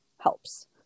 helps